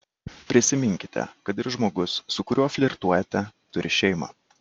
prisiminkite kad ir žmogus su kuriuo flirtuojate turi šeimą